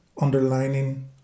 underlining